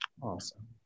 awesome